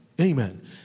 Amen